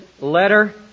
letter